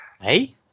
Hey